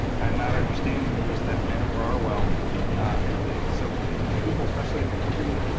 and not understanding the risk that meant for our well and things. so and people, especially in the country,